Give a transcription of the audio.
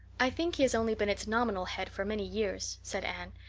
i think he has only been its nominal head for many years, said anne.